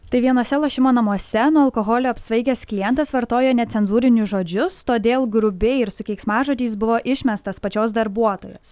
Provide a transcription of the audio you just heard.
tai vienuose lošimo namuose nuo alkoholio apsvaigęs klientas vartojo necenzūrinius žodžius todėl grubiai ir su keiksmažodžiais buvo išmestas pačios darbuotojos